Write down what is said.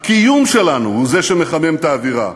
הקיום שלנו, הוא זה שמחמם את האווירה.